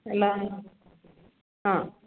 ಎಲ್ಲ ಹಾಂ